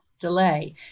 delay